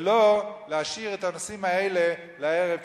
ולא להשאיר את הנושאים האלה לערב,